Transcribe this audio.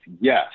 Yes